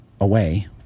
away